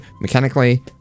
mechanically